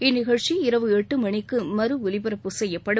இந்நிகழ்ச்சி இரவு எட்டு மணிக்கு மறு ஒலிபரப்பு செய்யப்படும்